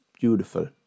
beautiful